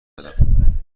بدم